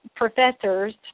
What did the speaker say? professors